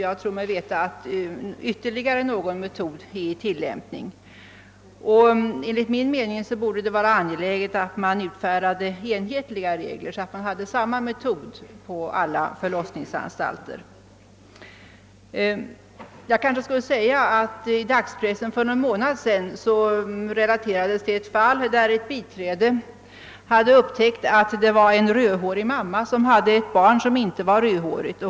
Jag tror mig veta att ytterligare någon metod tillämpas. Enligt min mening borde det vara angeläget att man utfärdar enhetliga regler, så att samma metod användes på alla förlossningsanstalter. För någon månad sedan relaterades i dagspressen ett fall där ett sjukhus biträde fann att en rödhårig mamma hade ett barn som inte var rödhårigt.